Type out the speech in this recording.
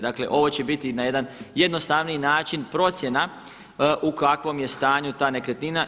Dakle, ovo će biti na jedan jednostavniji način procjena u kakvom je stanju ta nekretnina.